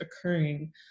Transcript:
occurring